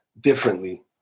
differently